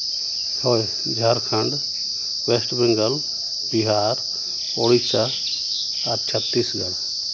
ᱦᱳᱭ ᱡᱷᱟᱲᱠᱷᱚᱸᱰ ᱳᱭᱮᱥᱴ ᱵᱮᱝᱜᱚᱞ ᱵᱤᱦᱟᱨ ᱳᱰᱤᱥᱟ ᱟᱨ ᱪᱷᱚᱛᱛᱨᱤᱥᱜᱚᱲ